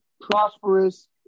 prosperous